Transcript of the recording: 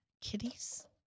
Kitties